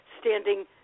standing